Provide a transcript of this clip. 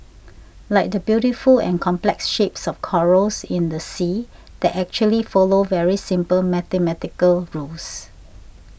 like the beautiful and complex shapes of corals in the sea that actually follow very simple mathematical rules